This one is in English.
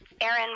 Aaron